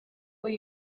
what